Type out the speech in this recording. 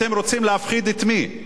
אתם רוצים להפחיד את מי,